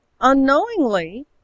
unknowingly